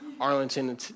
Arlington